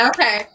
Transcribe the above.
Okay